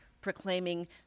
proclaiming